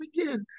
again